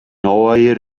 oer